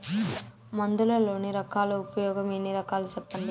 మందులలోని రకాలను ఉపయోగం ఎన్ని రకాలు? సెప్పండి?